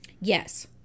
Yes